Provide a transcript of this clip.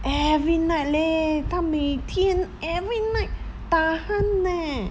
every night leh 她每天 every night 打鼾 leh